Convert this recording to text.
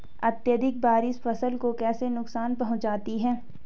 अत्यधिक बारिश फसल को कैसे नुकसान पहुंचाती है?